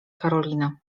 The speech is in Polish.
karolina